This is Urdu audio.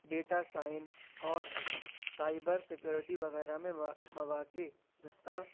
ڈیٹا سائن اور سائبر سیکیورٹی وغیرہ میں موا مواقع دستہ